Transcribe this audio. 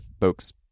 folks